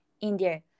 India